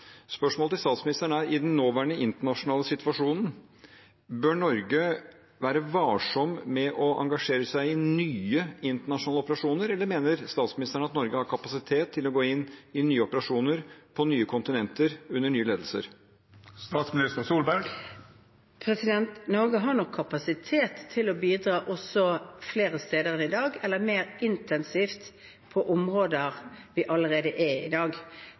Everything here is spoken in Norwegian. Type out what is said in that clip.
Spørsmålet mitt til statsministeren er: Bør Norge, i den nåværende internasjonale situasjonen, være varsom med å engasjere seg i nye internasjonale operasjoner, eller mener statsministeren at Norge har kapasitet til å gå inn i nye operasjoner på nye kontinenter under nye ledelser? Norge har nok forsvarsmessig kapasitet til å bidra flere steder enn i dag eller mer intensivt på områder hvor vi allerede er i dag.